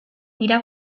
dira